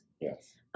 Yes